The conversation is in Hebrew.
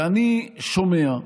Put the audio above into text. ואני שומע,